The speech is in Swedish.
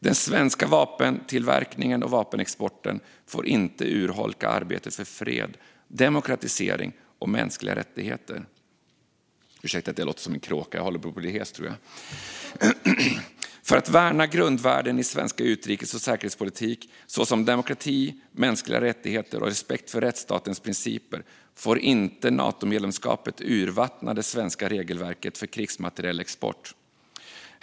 Den svenska vapentillverkningen och vapenexporten får inte urholka arbetet för fred, demokratisering och mänskliga rättigheter. För att värna grundvärden i svensk utrikes och säkerhetspolitik såsom demokrati, mänskliga rättigheter och respekt för rättsstatens principer får inte Natomedlemskapet urvattna det svenska regelverket för krigsmaterielexport.